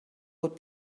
would